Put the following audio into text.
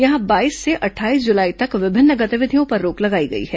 यहां बाईस से अट्ठाईस जुलाई तक विभिन्न गतिविधियों पर रोक लगाई गई है